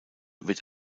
wird